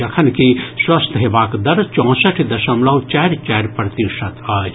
जखनकि स्वस्थ हेबाक दर चौंसठि दशमलव चारि चारि प्रतिशत अछि